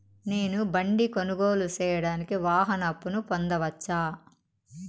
నేను బండి కొనుగోలు సేయడానికి వాహన అప్పును పొందవచ్చా?